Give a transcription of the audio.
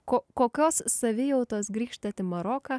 kokios savijautos grįžtat į maroką